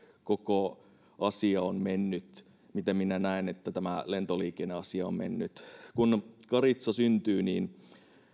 koko asia on mennyt miten minä näen että tämä lentoliikenneasia on mennyt kun karitsa syntyy niin